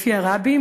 לפי הרבי,